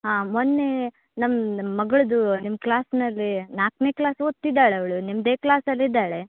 ಹಾಂ ಮೊನ್ನೇ ನಮ್ಮ ಮಗಳದ್ದು ನಿಮ್ಮ ಕ್ಲಾಸಿನಾಗೆ ನಾಲ್ಕನೇ ಕ್ಲಾಸ್ ಓದ್ತಿದ್ದಾಳೆ ಅವಳು ನಿಮ್ಮದೇ ಕ್ಲಾಸಲ್ಲಿ ಇದ್ದಾಳೆ